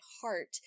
heart